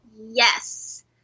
Yes